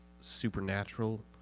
supernatural